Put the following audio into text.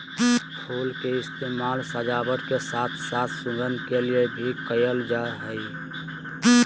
फुल के इस्तेमाल सजावट के साथ साथ सुगंध के लिए भी कयल जा हइ